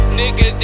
nigga